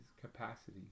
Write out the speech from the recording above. capacity